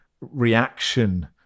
reaction